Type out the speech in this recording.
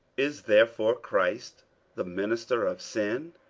is therefore christ the minister of sin?